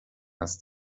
است